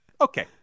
okay